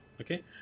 okay